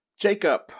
Jacob